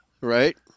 Right